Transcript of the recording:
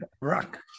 rock